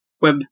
web